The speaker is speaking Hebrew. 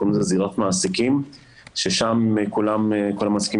זה נקרא זירת מעסיקים ששם כל המעסיקים